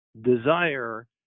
desire